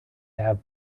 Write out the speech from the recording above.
have